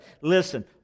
Listen